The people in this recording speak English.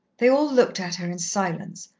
they all looked at her in silence,